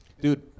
Dude